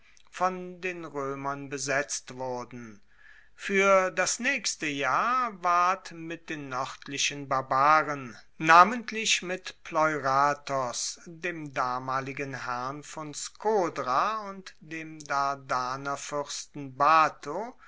von den roemern besetzt wurden fuer das naechste jahr ward mit den noerdlichen barbaren namentlich mit pleuratos dem damaligen herrn von skodra und dem dardanerfuersten